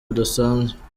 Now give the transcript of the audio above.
budasanzwe